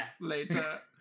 Later